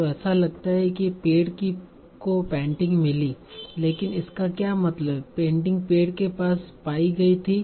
तो ऐसा लगता है कि पेड़ को पेंटिंग मिली लेकिन इसका क्या मतलब है पेंटिंग पेड़ के पास पाई गई थी